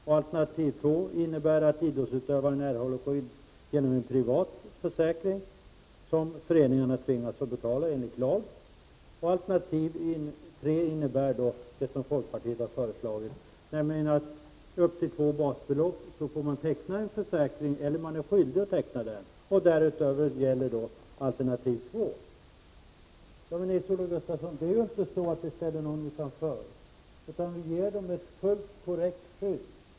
Alternativ 2 innebär att idrottsutövare erhåller skydd genom en privat försäkring som föreningen tvingas teckna enligt lag. Alternativ 3 innebär, som folkpartiet har föreslagit, att man upp till två basbelopp är skyldig att teckna en försäkring. Därutöver gäller alternativ 2. Det är alltså inte så, Nils-Olof Gustafsson, att vi ställer någon utanför. I stället erbjuder vi ett fullt korrekt skydd.